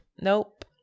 Nope